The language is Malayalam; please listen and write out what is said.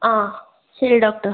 ആ ശരി ഡോക്ടർ